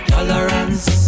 Tolerance